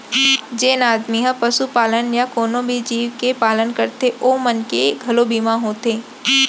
जेन आदमी ह पसुपालन या कोनों भी जीव के पालन करथे ओ मन के घलौ बीमा होथे